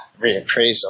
reappraisal